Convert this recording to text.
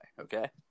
okay